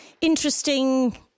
interesting